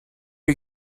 you